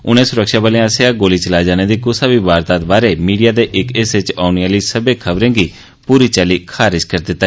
उनें सुरक्षाबलें आस्सेआ गोली चलाए जाने दी कुसै बी वारदात बारै मीडिया दे इक हिस्से च औनें आहली सब्बै खबरें गी पूरी चाल्ली खारिज कीता